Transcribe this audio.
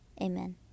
Amen